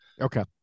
Okay